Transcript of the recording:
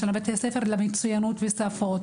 יש לנו בתי ספר למצוינות ולשפות,